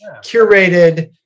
curated